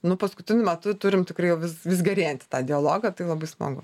nu paskutiniu metu turim tikrai jau vis vis gerėjanti tą dialogą tai labai smagu